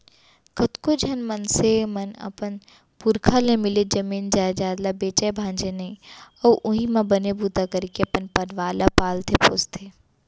कतको झन मनसे मन अपन पुरखा ले मिले जमीन जयजाद ल बेचय भांजय नइ अउ उहीं म बने बूता करके अपन परवार ल पालथे पोसथे